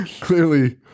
Clearly